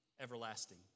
everlasting